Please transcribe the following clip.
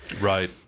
Right